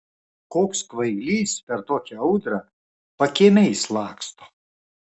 koks kvailys per tokią audrą pakiemiais laksto